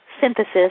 synthesis